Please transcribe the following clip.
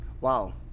Wow